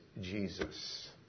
Jesus